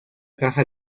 caja